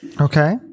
Okay